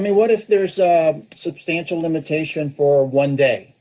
i mean what if there's a have substantial limitation for one day